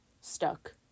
stuck